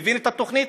מבין את התוכנית,